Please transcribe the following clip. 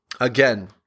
Again